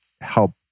help